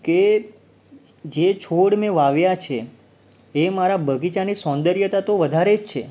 કે જે છોડ મેં વાવ્યા છે તે મારા બગીચાની સૌંદર્યતા તો વધારે જ છે